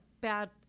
bad